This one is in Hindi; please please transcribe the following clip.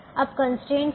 अब कंस्ट्रेंट्स हैं